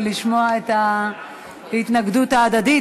ולשמוע את ההתנגדות ההדדית,